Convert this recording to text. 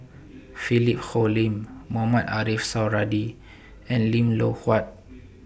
Philip Hoalim Mohamed Ariff Suradi and Lim Loh Huat